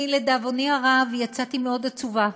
לדאבוני הרב, יצאתי מאוד עצובה